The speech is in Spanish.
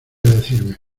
decirme